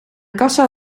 kassa